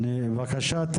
בבקשה,